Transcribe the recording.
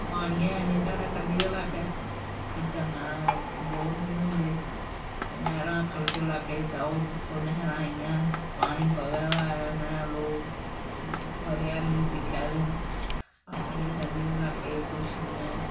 ते पानी ऐ निं साढ़ें कंडी दे लाकै केह् करना बोर बी निं होंदे ते नैहरां खलके लाकै च जाओ दिक्खो नैहरां आइयां पानी बगाऽ दा लोग हरियाली दिक्खै दे न असें गी कंडी दे लाके ई कुछ निं ऐ